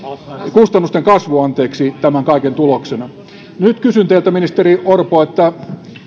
kustannusten kasvu tämän kaiken tuloksena nyt kysyn teiltä ministeri orpo että